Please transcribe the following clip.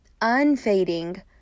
unfading